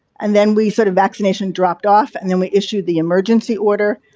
and then we sort of vaccination dropped off and then we issued the emergency order.